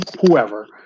whoever